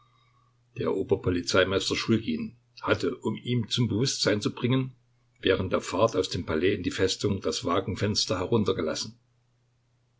der ober polizeimeister schulgin hatte um ihn zum bewußtsein zu bringen während der fahrt aus dem palais in die festung das wagenfenster heruntergelassen